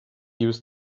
used